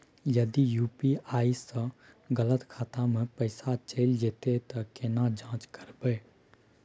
यदि यु.पी.आई स गलत खाता मे पैसा चैल जेतै त केना जाँच करबे?